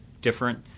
different